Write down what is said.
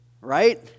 right